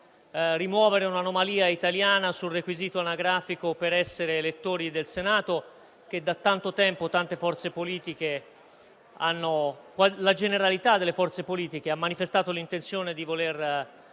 rimuovere un'anomalia italiana sul requisito anagrafico per essere elettori del Senato, che da tanto tempo la generalità delle forze politiche ha manifestato l'intenzione di voler